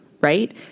right